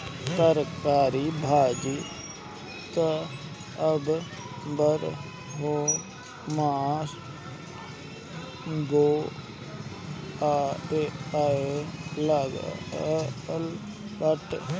तरकारी भाजी त अब बारहोमास बोआए लागल बाटे